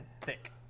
Thick